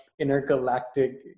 intergalactic